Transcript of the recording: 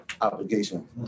obligation